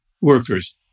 workers